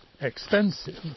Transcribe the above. expensive